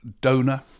donor